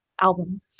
album